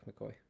McCoy